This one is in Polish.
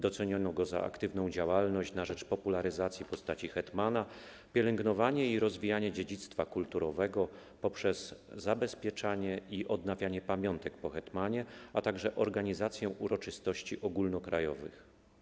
Doceniono go za aktywną działalność na rzecz popularyzacji postaci hetmana, pielęgnowanie i rozwijanie dziedzictwa kulturowego poprzez zabezpieczanie i odnawianie pamiątek po hetmanie, a także organizację uroczystości ogólnokrajowych.